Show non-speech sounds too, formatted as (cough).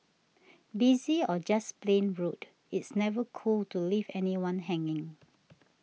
(noise) busy or just plain rude it's never cool to leave anyone hanging